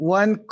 one